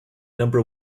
number